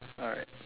alright